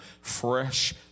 fresh